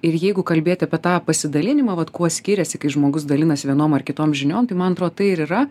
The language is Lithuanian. ir jeigu kalbėt apie tą pasidalinimą vat kuo skiriasi kai žmogus dalinasi vienom ar kitom žiniom tai man atrodo tai ir yra